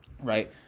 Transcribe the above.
Right